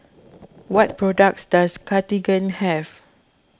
what products does Cartigain have